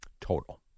Total